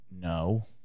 No